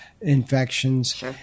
infections